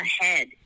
ahead